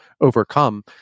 overcome